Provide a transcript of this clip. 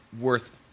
worth